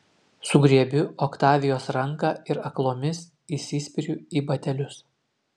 sugriebiu oktavijos ranką ir aklomis įsispiriu į batelius